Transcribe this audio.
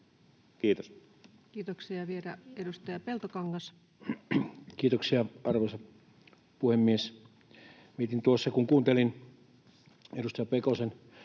Kiitos. Kiitoksia. — Ja vielä edustaja Peltokangas. Kiitoksia, arvoisa puhemies! Mietin tuossa, kun kuuntelin edustaja Pekosen